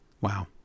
Wow